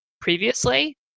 previously